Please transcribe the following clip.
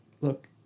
Look